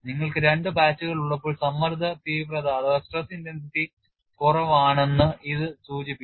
നിങ്ങൾക്ക് രണ്ട് പാച്ചുകൾ ഉള്ളപ്പോൾ സമ്മർദ്ദ തീവ്രത കുറവാണെന്ന് ഇത് സൂചിപ്പിക്കുന്നു